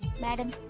Madam